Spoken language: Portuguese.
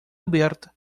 aberta